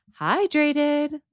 hydrated